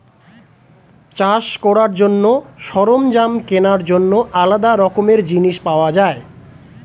চাষ করার জন্য সরঞ্জাম কেনার জন্য আলাদা রকমের জিনিস পাওয়া যায়